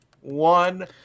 one